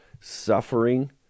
suffering